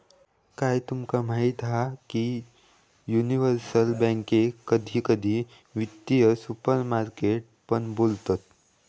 काय तुमका माहीत हा की युनिवर्सल बॅन्केक कधी कधी वित्तीय सुपरमार्केट पण बोलतत